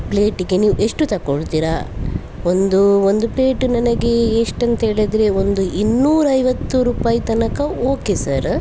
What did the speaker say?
ಪ್ಲೇಟ್ಗೆ ನೀವು ಎಷ್ಟು ತಗೊಳ್ತೀರಾ ಒಂದು ಒಂದು ಪ್ಲೇಟ್ ನನಗೆ ಎಷ್ಟು ಅಂತ ಹೇಳಿದರೆ ಒಂದು ಇನ್ನೂರೈವತ್ತು ರೂಪಾಯಿ ತನಕ ಓಕೆ ಸರ